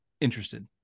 interested